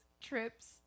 trips